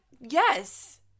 yes